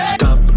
Stop